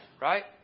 Right